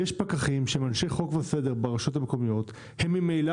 יש פקחים שהם אנשי חוק וסדר ברשויות המקומיות והם ממילא